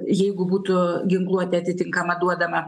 jeigu būtų ginkluotė atitinkama duodama